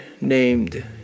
named